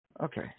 Okay